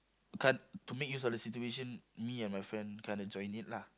we can't to make use of the situation me and my friend kind of join in lah